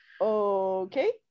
Okay